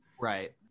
Right